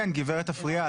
גברת אפריאט,